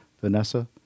Vanessa